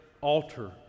altar